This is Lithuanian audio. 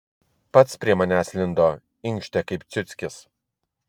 pats prie manęs lindo inkštė kaip ciuckis